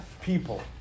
people